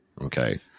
Okay